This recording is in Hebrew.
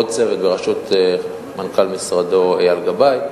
עוד צוות, בראשות מנכ"ל משרדו אייל גבאי,